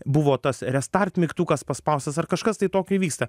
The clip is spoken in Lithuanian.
buvo tas restart mygtukas paspaustas ar kažkas tai tokio įvyksta